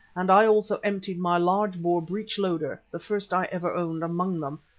and i also emptied my large-bore breech-loader the first i ever owned among them,